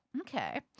Okay